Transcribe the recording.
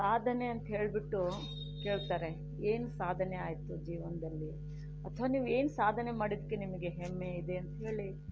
ಸಾಧನೆ ಅಂತ್ಹೇಳ್ಬಿಟ್ಟು ಕೇಳ್ತಾರೆ ಏನು ಸಾಧನೆ ಆಯಿತು ಜೀವನದಲ್ಲಿ ಅಥವಾ ನೀವು ಏನು ಸಾಧನೆ ಮಾಡಿದ್ದಕ್ಕೆ ನಿಮಗೆ ಹೆಮ್ಮೆ ಇದೆ ಅಂತ ಹೇಳಿ